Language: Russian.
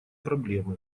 проблемы